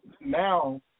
now